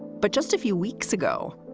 but just a few weeks ago,